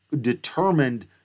determined